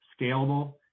scalable